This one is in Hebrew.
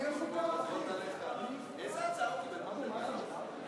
עוד הפעם אופיר אקוניס?